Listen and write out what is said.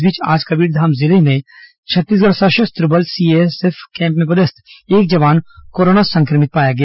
इस बीच आज कबीरधाम जिले में छत्तीसगढ़ सशस्त्र बल सीएएफ कैंप में पदस्थ एक जवान कोरोना संक्रमित पाया गया